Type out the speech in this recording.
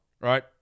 Right